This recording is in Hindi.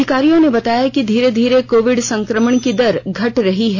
अधिकारियों ने बताया कि धीरे धीरे कोविड संक्रमण दर घट रही है